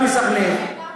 גם מסח'נין.